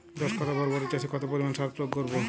দশ কাঠা বরবটি চাষে কত পরিমাণ সার প্রয়োগ করব?